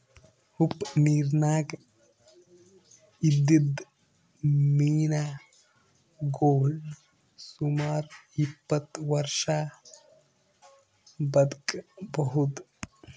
ಉಪ್ಪ್ ನಿರ್ದಾಗ್ ಇದ್ದಿದ್ದ್ ಮೀನಾಗೋಳ್ ಸುಮಾರ್ ಇಪ್ಪತ್ತ್ ವರ್ಷಾ ಬದ್ಕಬಹುದ್